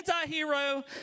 anti-hero